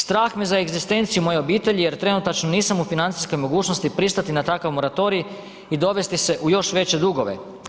Strah me za egzistenciju moje obitelji jer trenutačno nisam u financijskoj mogućnosti pristati na takav moratorij i dovesti se u još veće dugove.